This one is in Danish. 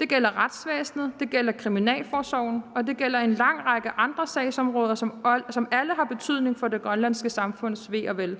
Det gælder retsvæsenet, det gælder Kriminalforsorgen, og det gælder en lang række andre sagsområder, som alle har betydning for det grønlandske samfunds ve og vel.